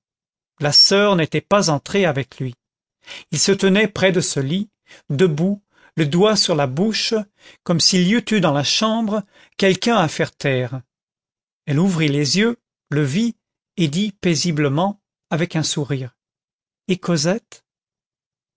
la soeur n'était pas entrée avec lui il se tenait près de ce lit debout le doigt sur la bouche comme s'il y eût eu dans la chambre quelqu'un à faire taire elle ouvrit les yeux le vit et dit paisiblement avec un sourire et cosette